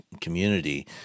community